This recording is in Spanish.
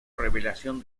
revelación